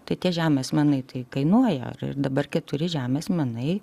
tai tie žemės menai tai kainuoja dabar keturi žemės menai